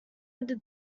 under